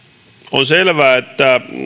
on selvää että